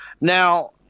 now